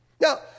Now